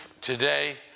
today